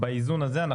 באיזון הזה,